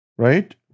Right